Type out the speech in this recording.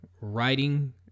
writing